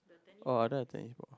oh I don't have tennis ball